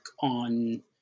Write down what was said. on